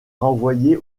renvoyés